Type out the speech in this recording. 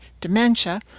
dementia